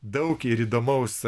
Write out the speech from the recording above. daug ir įdomaus